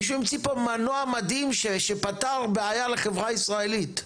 מישהו המציא פה מנוע מדהים שפתר בעיה לחברה הישראלית,